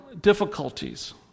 difficulties